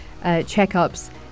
checkups